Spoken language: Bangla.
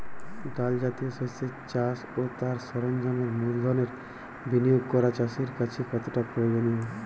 ডাল জাতীয় শস্যের চাষ ও তার সরঞ্জামের মূলধনের বিনিয়োগ করা চাষীর কাছে কতটা প্রয়োজনীয়?